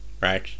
right